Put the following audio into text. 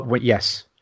Yes